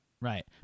Right